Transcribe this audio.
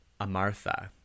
Amartha